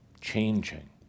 changing